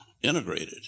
integrated